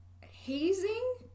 Hazing